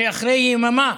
שאחרי יממה